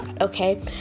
okay